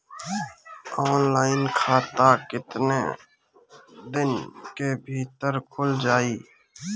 Offline खाता केतना दिन के भीतर खुल जाई?